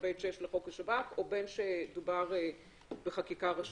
7(ב)(6)(6) לחוק השב"כ או בין שדובר בחקיקה ראשית.